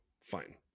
fine